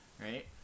right